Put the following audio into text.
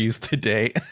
today